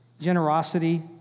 generosity